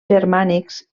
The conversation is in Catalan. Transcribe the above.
germànics